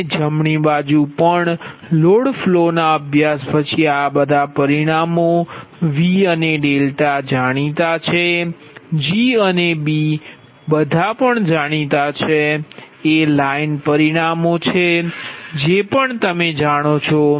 અને જમણી બાજુ પણ લોડ ફ્લોના અભ્યાસ પછી આ બધા પરિમાણો V અને જાણીતા છે G અને B બધા પણ જાણીતા છે એ લાઈન પરિમાણો છે જે પણ તમે જાણો છો